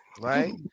Right